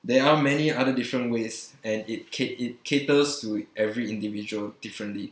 there are many other different ways and it cate~ it caters to every individual differently